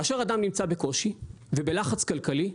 כאשר אדם נמצא בקושי ובלחץ כלכלי,